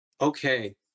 Okay